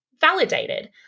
validated